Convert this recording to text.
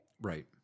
Right